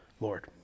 Lord